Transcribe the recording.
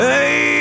Hey